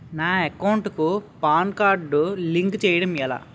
నా అకౌంట్ కు PAN card link చేయడం ఎలా?